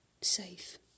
safe